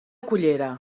cullera